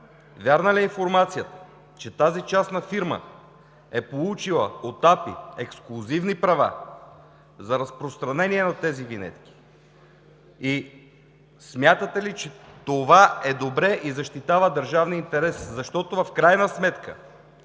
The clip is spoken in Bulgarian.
Вярна ли е информацията, че тази частна фирма е получила от Агенция „Пътна инфраструктура“ ексклузивни права за разпространение на тези винетки? Смятате ли, че това е добре и защитава държавния интерес, защото в крайна сметка